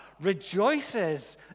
rejoices